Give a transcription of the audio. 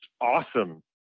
awesome